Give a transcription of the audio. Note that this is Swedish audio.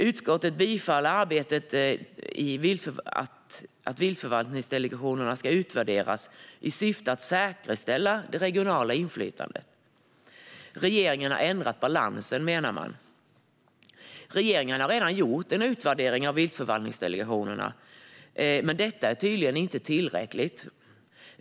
Utskottet tillstyrker att arbetet i viltförvaltningsdelegationerna ska utvärderas i syfte att säkerställa det regionala inflytandet. Man menar att regeringen har ändrat balansen. Regeringen har redan gjort en utvärdering av viltförvaltningsdelegationerna, men detta är tydligen inte tillräckligt.